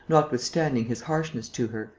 notwithstanding his harshness to her,